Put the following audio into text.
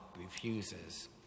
refuses